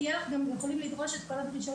יכולים לדרוש את כל הדרישות.